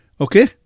Okay